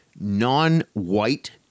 non-white